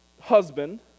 husband